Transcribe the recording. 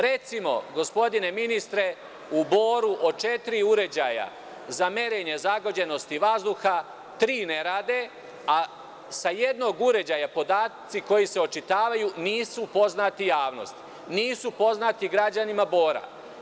Recimo, gospodine ministre, u Boru od četiri uređaja za merenje zagađenosti vazduha, tri ne rade, a sa jednog uređaja podaci koji se očitavaju nisu poznati javnosti, nisu poznati građanima Bora.